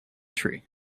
tree